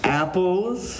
apples